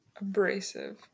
Abrasive